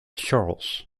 charles